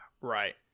Right